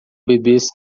bebês